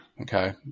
Okay